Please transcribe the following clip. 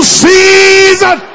season